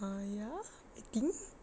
ah ya I think